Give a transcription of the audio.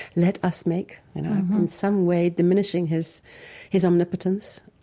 let us make in some way diminishing his his omnipotence.